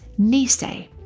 Nisei